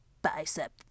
Bicep